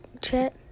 Chat